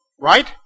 Right